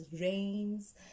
rains